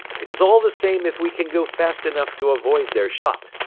it is all the same if we can go fast enough to avoid their shot.